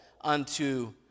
unto